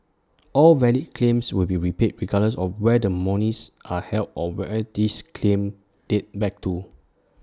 all valid claims will be repaid regardless of where the monies are held or where these claims date back to